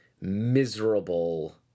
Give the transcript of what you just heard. miserable